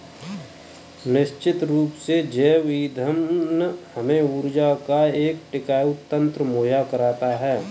निश्चित रूप से जैव ईंधन हमें ऊर्जा का एक टिकाऊ तंत्र मुहैया कराता है